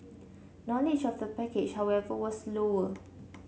knowledge of the package however was lower